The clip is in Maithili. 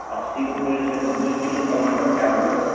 अस्सी रुपैए छै तऽ दुइ किलो टमाटर कै देबै